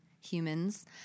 humans